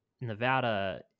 Nevada